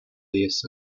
diez